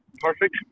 perfect